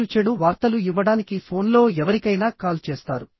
మీరు చెడు వార్తలు ఇవ్వడానికి ఫోన్లో ఎవరికైనా కాల్ చేస్తారు